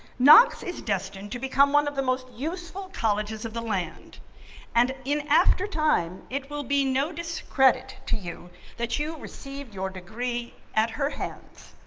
knox is destined to become one of the most useful colleges of the land and in after time, it will be no discredit to you that you received your degree at her hands.